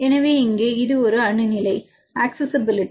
எனவே இங்கே இது ஒரு அணு நிலை அக்சஸிஸிபிலிட்டி